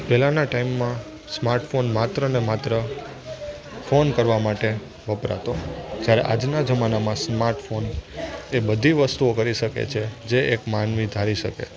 પહેલાંના ટાઈમમાં સ્માર્ટફોન માત્રને માત્ર ફોન કરવા માટે વપરાતો જ્યારે આજના જમાનામાં સ્માર્ટફોન એ બધી વસ્તુઓ કરી શકે છે જે એક માનવી ધારી શકે